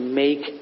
make